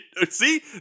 see